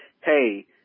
hey